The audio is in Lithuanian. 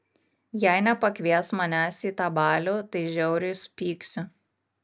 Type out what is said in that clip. jei nepakvies manęs į tą balių tai žiauriai supyksiu